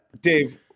Dave